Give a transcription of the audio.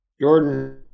jordan